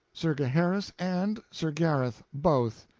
sir gaheris, and sir gareth both!